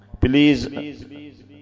please